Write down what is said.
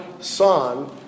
Son